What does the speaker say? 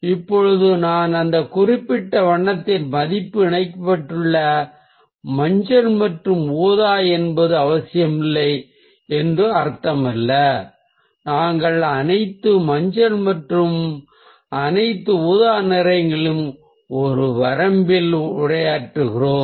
இப்போது அந்த குறிப்பிட்ட வண்ணத்தின் மதிப்பு இணைக்கப்பட்டுள்ளது மஞ்சள் மற்றும் ஊதா என்பது அவசியமில்லை என்று அர்த்தமல்ல நாங்கள் அனைத்து மஞ்சள் மற்றும் அனைத்து ஊதா நிறங்களையும் ஒரு வரம்பில் குறிப்பிடுகிறோம்